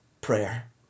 prayer